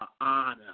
honor